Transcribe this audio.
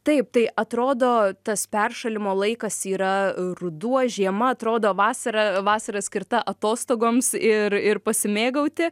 taip tai atrodo tas peršalimo laikas yra ruduo žiema atrodo vasara vasara skirta atostogoms ir ir pasimėgauti